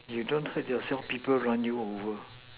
you don't hurt yourself people run you over